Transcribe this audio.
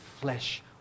flesh